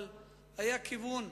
אבל היה כיוון: